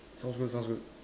sounds good sounds good